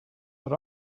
but